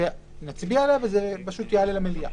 ונצביע עליה ואחר היא תעלה למליאה.